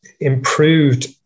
improved